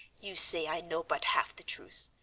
you say i know but half the truth.